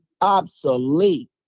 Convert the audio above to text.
obsolete